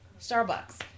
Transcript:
Starbucks